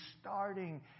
starting